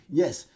yes